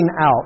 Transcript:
out